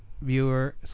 viewer